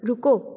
ਰੁਕੋ